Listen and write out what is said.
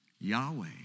Yahweh